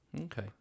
Okay